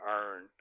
earn